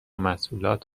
محصولات